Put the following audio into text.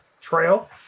trail